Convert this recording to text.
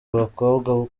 abakobwa